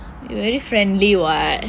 you very friendly what